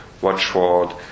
watchword